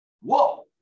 Whoa